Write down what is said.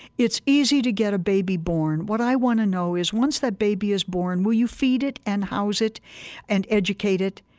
it's easy to get a baby born. what i want to know is once that baby is born will you feed it and house it and educate it?